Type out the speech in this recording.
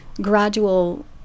gradual